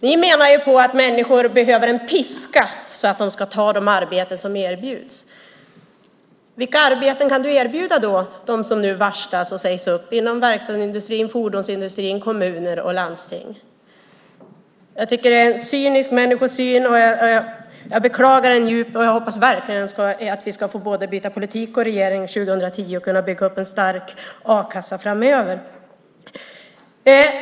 Ni anser att människor behöver en piska så att de tar de arbeten som erbjuds. Vilka arbeten kan du erbjuda dem som nu varslas och sägs upp i verkstadsindustrin, fordonsindustrin, kommunerna och landstingen, Bertil Kjellberg? Det är en cynisk människosyn, jag beklagar den djupt och hoppas verkligen att vi 2010 får byta både politik och regering för att kunna bygga upp en stark a-kassa framöver.